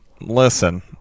listen